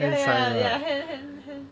ya ya ya hand hand